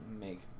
make